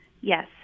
Yes